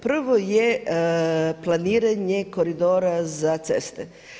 Prvo je planiranje koridora za ceste.